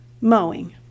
mowing